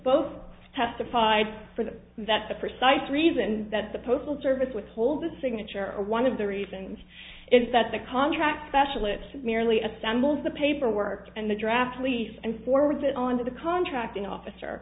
both testified for the that the precise reason that the postal service withhold the signature or one of the reasons is that the contract specialist merely assembles the paperwork and the draft lease and forwards it on to the contracting officer